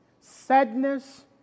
sadness